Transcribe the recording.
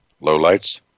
lowlights